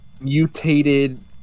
mutated